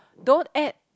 don't add